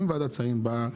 אם ועדת שרים באה